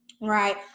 right